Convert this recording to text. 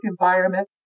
environment